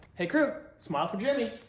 hey, crew, smile for jimmy.